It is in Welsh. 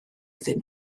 iddyn